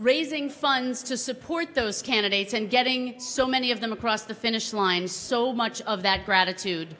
raising funds to support those candidates and getting so many of them across the finish line so much of that gratitude